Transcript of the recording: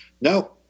no